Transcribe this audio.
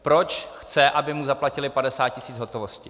Proč chce, aby mu zaplatili 50 tisíc v hotovosti?